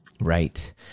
Right